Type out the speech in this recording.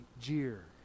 jeer